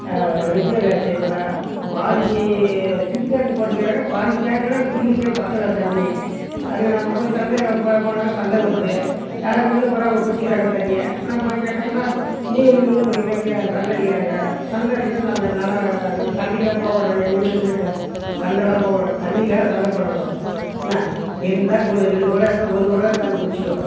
repair ஆச்சு பூரா பாதிஞ்சி சிம் டேங்க் போட்டுக்கிறாங்க பாதிஞ்சி டேங்குலேயும் குடிக்கிறத்துக்கே பற்றல தண்ணி அதுக்கு நம்ம போய் சண்டை போ போனாக்கா சண்டை வருது யார் முன்ன போகிறாங்க அவங்க பிடிச்சிக்கிறாங்க தண்ணியை நம் போய் கேட்டோம்னா நீ வந்து முன்ன பிடிக்கிறதுதானன்னு க சண்டை அடிக்கிறாங்க சண்டை அடிச்சால் நம்ம என்னால் அங்கே சண்டைக்கெல்லாம் போக கூடாது எங்கள் வீட்டில் சொல்லிட்டேன் சண்டைலாம் போடக் கூடாது தண்ணிக்காக சண்டை போடக் கூடாது என்ன இருந்தால் கு ரெண்டு குடம் எடுத்தால் ஒரு குடம் எடுத்தாந்து குடிச்சுக்கோ